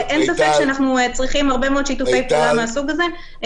אין ספק שאנחנו צריכים הרבה מאוד שיתופי פעולה מהסוג הזה.